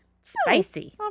spicy